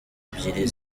ebyiri